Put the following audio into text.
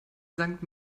sankt